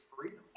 freedom